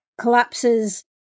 collapses